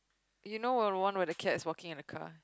you know where the one with the cats walking at the car